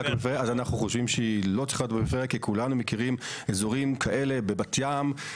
חושבים שזה לא צריך להיות כך כי כולנו מכירים אזורים כאלה בבת-ים,